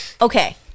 okay